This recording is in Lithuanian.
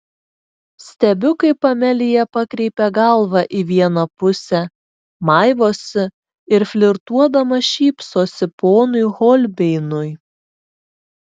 stebiu kaip amelija pakreipia galvą į vieną pusę maivosi ir flirtuodama šypsosi ponui holbeinui